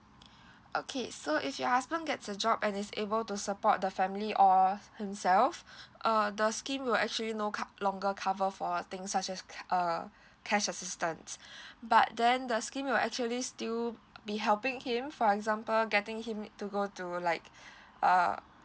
okay so if your husband get a job and is able to support the family or himself uh the scheme will actually no cov~ longer cover for things such as uh cash assistance but then the scheme will actually still be helping him for example getting him to go to like uh